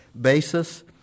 basis